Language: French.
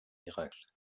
miracles